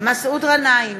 מסעוד גנאים,